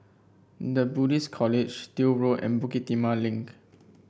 The Buddhist College Still Road and Bukit Timah Link